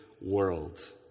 world